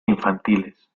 infantiles